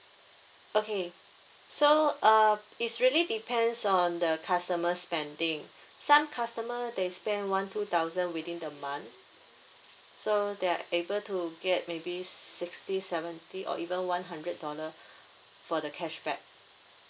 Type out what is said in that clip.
okay so uh it's really depends on the customers' spending some customer they spend one two thousand within the month so they are able to get maybe sixty seventy or even one hundred dollar for the cashback